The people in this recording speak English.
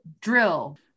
drill